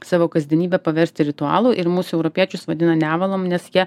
savo kasdienybę paversti ritualu ir mus europiečius vadina nevalom nes jie